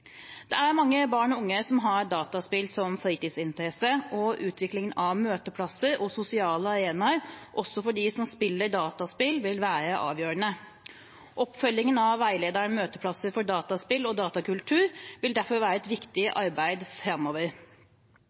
Det er mange barn og unge som har dataspill som fritidsinteresse, og utviklingen av møteplasser og sosiale arenaer også for dem som spiller dataspill, vil være avgjørende. Oppfølgingen av veilederen Møteplasser for dataspill og datakultur vil derfor være et viktig arbeid framover.